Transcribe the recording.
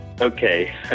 Okay